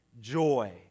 joy